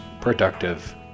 productive